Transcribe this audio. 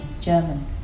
German